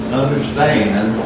understand